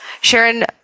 Sharon